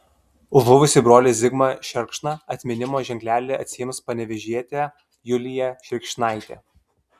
už žuvusį brolį zigmą šerkšną atminimo ženklelį atsiims panevėžietė julija šerkšnaitė